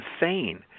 insane